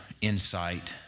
insight